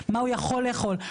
מה הוא יכול לאכול,